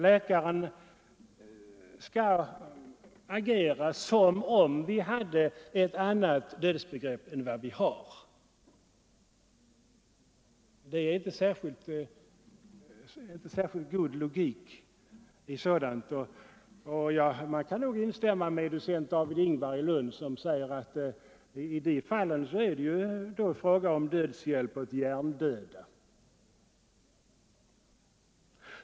Läkaren skall således agera som om vi hade ett annat dödsbegrepp än det vi har. Detta är verkligen inte god logik. Man kan nog instämma med docent David Ingvar i Lund som kallar agerandet ”dödshjälp åt hjärndöda”.